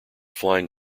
flying